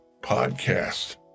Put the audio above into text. podcast